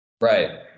right